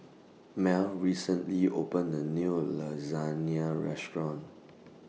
Mel recently opened A New Lasagne Restaurant